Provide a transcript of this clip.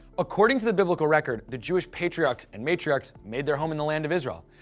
according to the biblical record, the jewish patriarchs and matriarchs made their home in the land of israel.